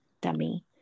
dummy